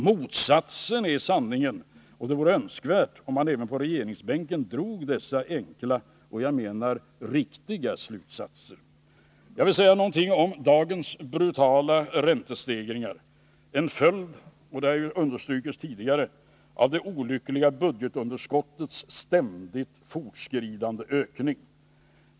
Motsatsen är sanningen, och det vore önskvärt om man även på regeringsbänken drog dessa enkla och, menar jag, riktiga slutsatser. Jag vill också säga någonting om dagens brutala räntestegringar, en följd — vilket understrukits tidigare — av det olyckliga budgetunderskottets ständigt fortskridande ökning.